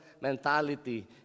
mentality